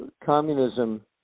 communism